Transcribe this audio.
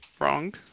wrong